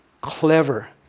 clever